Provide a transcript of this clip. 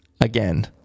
again